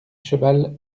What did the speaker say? cheval